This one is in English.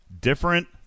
Different